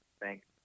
thanks